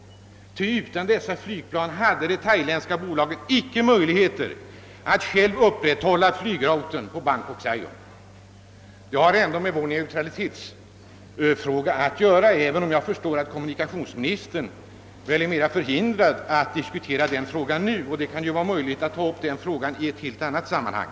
Utan dessa flygplan har det thailändska bolaget inga möjligheter att på egen hand upprätthålla flygrutten Bangkok—Saigon. Detta spörsmål har ändå med vår neutralitetspolitik att göra, även om jag förstår att kommunikationsministern är förhindrad att diskutera denna fråga. Det kan kanske vara möjligt att ta upp den i något annat sammanhang.